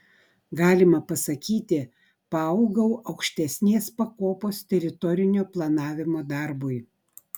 galima pasakyti paaugau aukštesnės pakopos teritorinio planavimo darbui